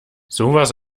sowas